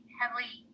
heavily